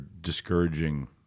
discouraging